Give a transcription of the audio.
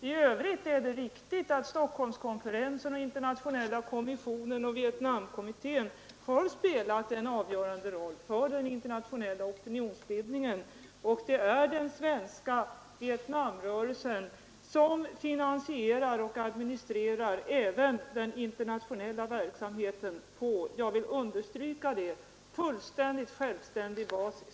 I övrigt är det riktigt att Stockholmskonferensen, internationella undersökningskommissionen och Vietnamkommittén har spelat en avgörande roll för den internationella opinionsbildningen, och den svenska vietnamrörelsen finansierar och administrerar även den internationella verksamheten på — jag vill understryka det — fullständigt självständig basis.